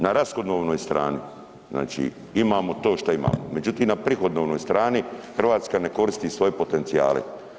Na rashodovnoj strani, znači imamo to šta imamo, međutim na prihodovnoj strani, Hrvatska ne koristi svoje potencijale.